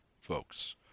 folks